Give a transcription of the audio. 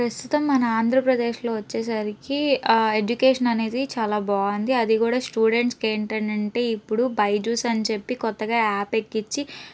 ప్రస్తుతం మన ఆంధ్రప్రదేశ్లో వచ్చేసరికి ఆ ఎడ్యుకేషన్ అనేది చాలా బాగుంది అది కూడా స్టూడెంట్స్కి ఏంటినంటే ఇప్పుడు బైజూస్ అనిచెప్పి కొత్తగా యాప్ ఎక్కిచ్చి